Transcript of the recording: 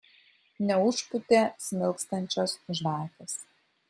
neužpūtė smilkstančios žvakės